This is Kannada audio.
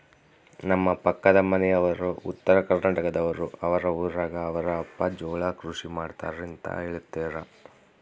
ನಮ್ಮ ಪಕ್ಕದ ಮನೆಯವರು ಉತ್ತರಕರ್ನಾಟಕದವರು, ಅವರ ಊರಗ ಅವರ ಅಪ್ಪ ಜೋಳ ಕೃಷಿ ಮಾಡ್ತಾರೆಂತ ಹೇಳುತ್ತಾರೆ